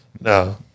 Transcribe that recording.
No